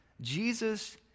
Jesus